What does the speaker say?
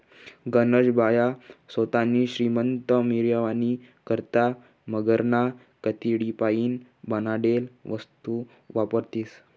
गनज बाया सोतानी श्रीमंती मिरावानी करता मगरना कातडीपाईन बनाडेल वस्तू वापरतीस